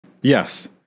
Yes